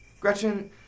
Gretchen